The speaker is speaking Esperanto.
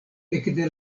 ekde